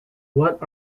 what